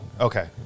Okay